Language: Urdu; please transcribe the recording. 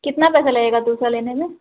کتنا پیسہ لگے گا دوسرا لینے میں